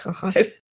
God